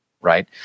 right